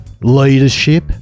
leadership